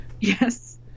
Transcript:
Yes